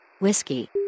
Whiskey